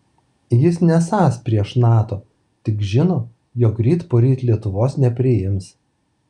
jis nesąs prieš nato tik žino jog ryt poryt lietuvos nepriims